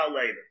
later